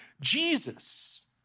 Jesus